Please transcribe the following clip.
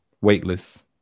weightless